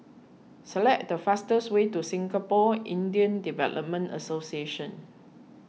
select the fastest way to Singapore Indian Development Association